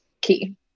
key